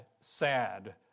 sad